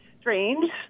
strange